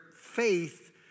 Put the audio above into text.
faith